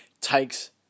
takes